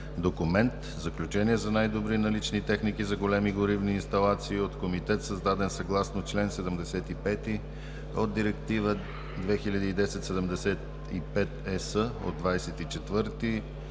документ „Заключение за най-добри налични техники за големи горивни инсталации“ от Комитет, създаден съгласно чл. 75 от Директива 2010/75 ЕС от 24